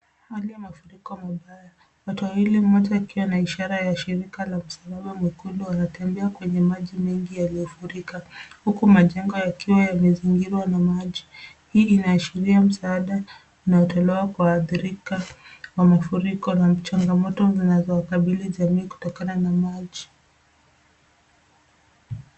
Yale mafuriko mabaya watu wawili mmoja akiwa na ishara la shirika la usalama mwekundu anatembea kwenye maji mengi yaliyofurika huku majengo yakiwa yamezingirwa na maji hii inaashiria msaada unaotolewa kwa waadhirika wa mafuriko changamoto zinazowakabilia jamii kutokana na maji.